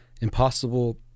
impossible